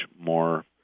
more